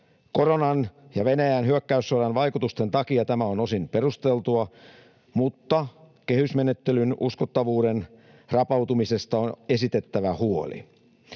Koronan ja Venäjän hyök-käyssodan vaikutusten takia tämä on osin perusteltua, mutta kehysmenettelyn uskottavuuden rapautumisesta on esitettävä huoli.